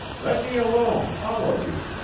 let me alone, all of you!